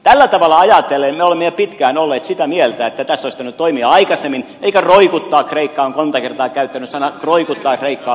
tällä tavalla ajatellen me olemme jo pitkään olleet sitä mieltä että tässä olisi pitänyt toimia aikaisemmin eikä roikuttaa kreikkaa mukana olen monta kertaa käyttänyt sanaa roikuttaa